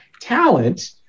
Talent